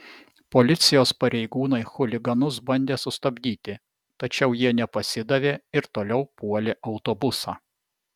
policijos pareigūnai chuliganus bandė sustabdyti tačiau jie nepasidavė ir toliau puolė autobusą